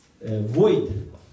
void